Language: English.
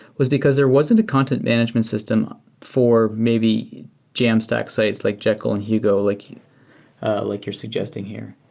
was because there wasn't a content management system for maybe jamstack sites like jekyll and hugo like like you're suggesting here.